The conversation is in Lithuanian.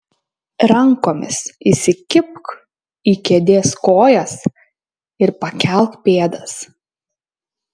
rankomis įsikibk į kėdės kojas ir pakelk pėdas